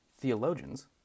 theologians